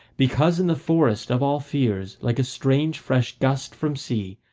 because in the forest of all fears like a strange fresh gust from sea,